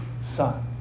son